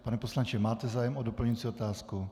Pane poslanče, máte zájem o doplňující otázku?